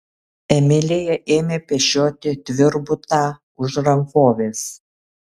emilija ėmė pešioti tvirbutą už rankovės